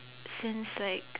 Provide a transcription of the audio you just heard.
since like